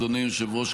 אדוני היושב-ראש,